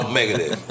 negative